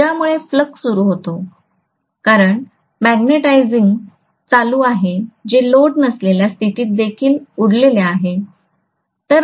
ज्यामुळे फ्लक्स सुरु होतो कारण मॅग्नेटिझिंग चालू आहे जे लोड नसलेल्या स्थितीत देखील उडलेले आहे